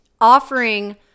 offering